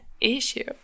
issue